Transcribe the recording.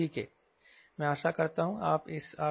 मैं आशा करता हूं कि आप से देख सकते हैं कि यह LD है